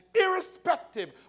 irrespective